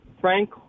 Frank